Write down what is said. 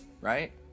right